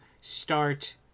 start